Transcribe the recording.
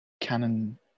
Canon